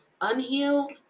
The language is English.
unhealed